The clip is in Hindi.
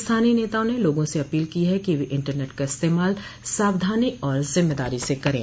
स्थानीय नेताओं ने लोगों से अपील की है कि वे इंटरनेट का इस्तेमाल सावधानी और जिम्मेदारी से करें